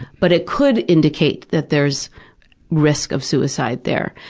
but it could indicate that there's risk of suicide there.